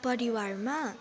परिवारमा